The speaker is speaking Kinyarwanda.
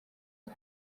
aho